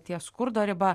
ties skurdo riba